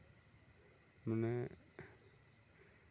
ᱢᱟᱱᱮ